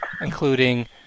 including